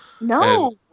No